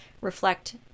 reflect